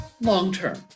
long-term